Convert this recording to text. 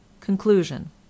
Conclusion